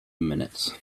minutes